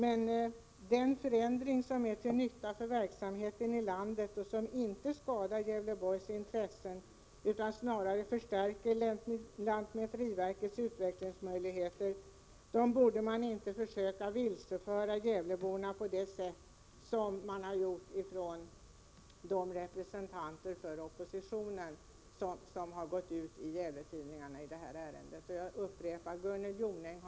Eftersom förändringen är till nytta för verksamheter i landet och inte skadar Gävleborgs intressen utan snarare förstärker lantmäteriverkets utvecklingsmöjligheter, borde man inte försöka vilseföra gävleborna på det sätt som de representanter för oppositionen har gjort som gått ut i Gävletidningarna i detta ärende. Jag upprepar att Gunnel Jonäng, Rolf Prot.